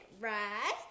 right